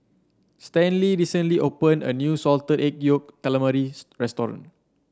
Stanley recently opened a new Salted Egg Yolk Calamari restaurant